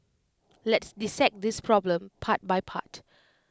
let's dissect this problem part by part